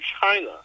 China